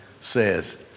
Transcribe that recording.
says